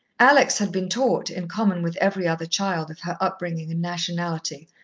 alex had been taught, in common with every other child of her upbringing and nationality,